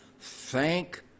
thank